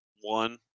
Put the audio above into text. one